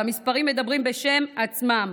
והמספרים מדברים בעד עצמם: